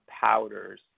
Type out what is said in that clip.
powders